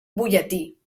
butlletí